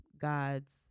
God's